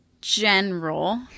general